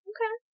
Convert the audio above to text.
Okay